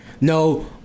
No